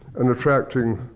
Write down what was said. and attracting,